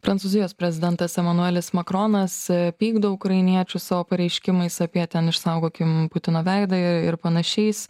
prancūzijos prezidentas emanuelis makronas pykdo ukrainiečius savo pareiškimais apie ten išsaugokim putino veidą ir panašiais